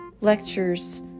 lectures